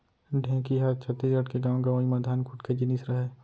ढेंकी ह छत्तीसगढ़ के गॉंव गँवई म धान कूट के जिनिस रहय